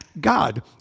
God